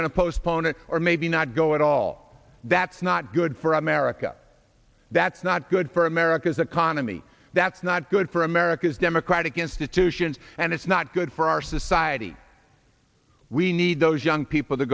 going to postpone it or maybe not go at all that's not good for america that's not good for america's economy that's not good for america's democratic institutions and it's not good for our society we need those young people to